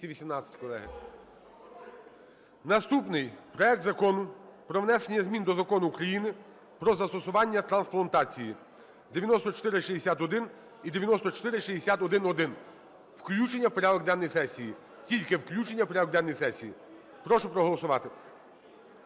наступний. Проект Закону про внесення змін до Закону України про застосування трансплантації (9461 і 9461-1). Включення в порядок денний сесії, тільки включення в порядок денний сесії. Прошу проголосувати.